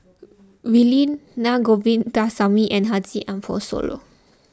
Wee Lin Na Govindasamy and Haji Ambo Sooloh